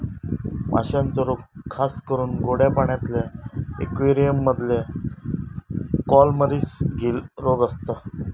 माश्यांचे रोग खासकरून गोड्या पाण्यातल्या इक्वेरियम मधल्या कॉलमरीस, गील रोग असता